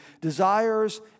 desires